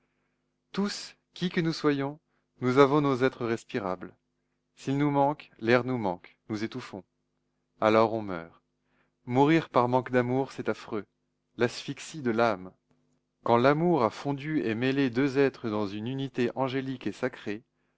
tous qui ne nous soyons nous avons nos êtres respirables s'ils nous manquent l'air nous manque nous étouffons alors on meurt mourir par manque d'amour c'est affreux l'asphyxie de l'âme quand l'amour a fondu et mêlé deux êtres dans une unité angélique et sacrée